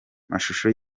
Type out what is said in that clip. mashusho